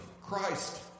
Christ